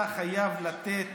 אתה חייב לתת